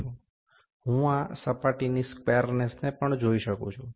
હું આ સપાટીની સ્ક્વેરનેસને પણ જોઈ શકું છું